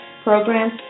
programs